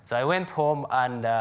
so went home and